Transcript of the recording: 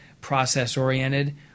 process-oriented